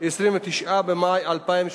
29 במאי 2018,